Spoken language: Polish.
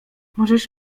możesz